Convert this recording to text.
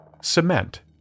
cement